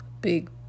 big